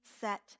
set